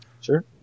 Sure